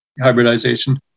hybridization